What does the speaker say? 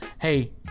hey